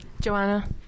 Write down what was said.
joanna